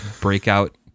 breakout